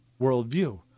worldview